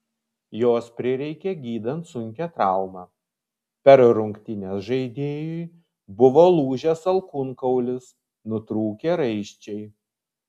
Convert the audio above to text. jos prireikė gydant sunkią traumą per rungtynes žaidėjui buvo lūžęs alkūnkaulis nutrūkę raiščiai